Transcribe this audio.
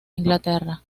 inglaterra